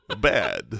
bad